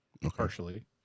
Partially